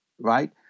right